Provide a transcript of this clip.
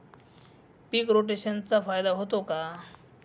पीक रोटेशनचा फायदा होतो का?